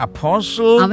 Apostle